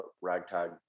ragtag